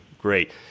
great